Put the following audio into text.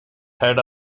head